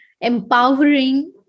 empowering